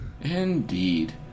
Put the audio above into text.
Indeed